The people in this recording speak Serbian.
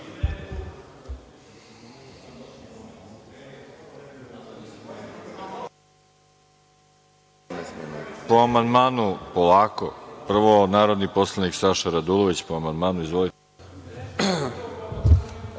Po amandmanu, polako, prvo narodni poslanik Saša Radulović. Po amandmanu, izvolite.